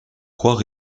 croient